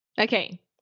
okay